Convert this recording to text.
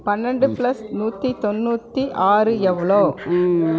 பன்னெண்டு பிளஸ் நூற்றி தொண்ணூற்றி ஆறு எவ்வளோ